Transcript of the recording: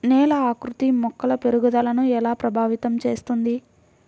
నేల ఆకృతి మొక్కల పెరుగుదలను ఎలా ప్రభావితం చేస్తుంది?